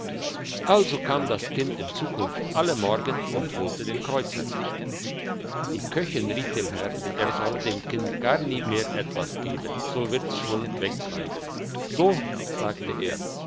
also kam das kind in zukunft alle morgen und holte den kreuzer die köchin riet dem herrn er solle dem kind gar nie mehr etwas geben so wird's schon wegbleiben so sagte er